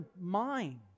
mind